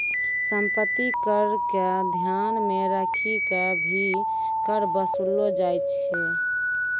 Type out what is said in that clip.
सम्पत्ति कर क ध्यान मे रखी क भी कर वसूललो जाय छै